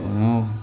ആ